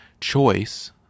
choice